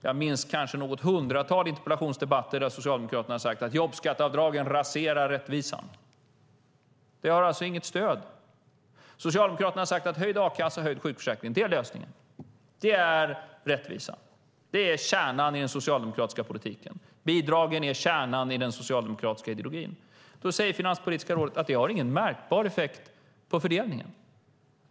Jag minns kanske något hundratal interpellationsdebatter där Socialdemokraterna har sagt att jobbskatteavdragen raserar rättvisan. Det har alltså inget stöd. Socialdemokraterna har sagt att höjd a-kassa och höjd sjukförsäkring är lösningen. Det är rättvisa. Det är kärnan i den socialdemokratiska politiken. Bidragen är kärnan i den socialdemokratiska ideologin. Då säger Finanspolitiska rådet att det inte har någon märkbar effekt på fördelningen.